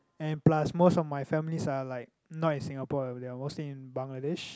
and plus most of my families are like not in Singapore they are mostly in Bangladesh